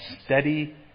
steady